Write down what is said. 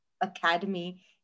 Academy